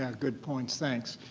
ah good points. thanks.